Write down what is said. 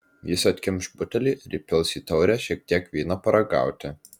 jis atkimš butelį ir įpils į taurę šiek tiek vyno paragauti